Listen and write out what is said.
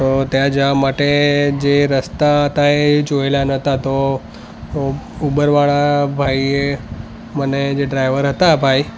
તો ત્યાં જવા માટે જે રસ્તા હતા એ જોયેલાં ન હતાં તો ઉબરવાળા ભાઈએ મને જે ડ્રાઈવર હતા ભાઈ